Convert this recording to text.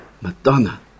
Madonna